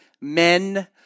men